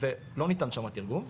ולא ניתן שם התרגום,